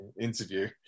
interview